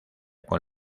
con